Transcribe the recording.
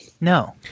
No